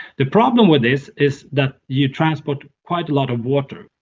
the problem with this is that you transport quite a lot of water.